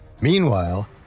Meanwhile